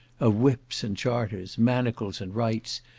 of whips and charters, manacles and rights,